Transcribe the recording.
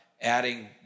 adding